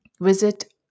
Visit